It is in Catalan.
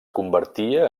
convertia